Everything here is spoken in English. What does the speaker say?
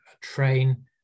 train